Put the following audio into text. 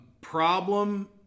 problem